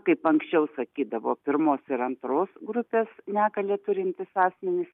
kaip anksčiau sakydavo pirmos ir antros grupės negalią turintys asmenys